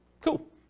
Cool